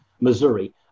Missouri